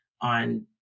on